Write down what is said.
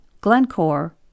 Glencore